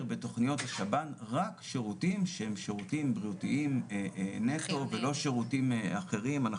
בתכניות השב"ן רק שירותים שהם שירותים בריאותיים נטו ולא שירותים אחרים.